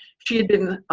she had been